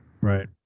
Right